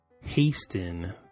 Hasten